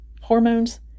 hormones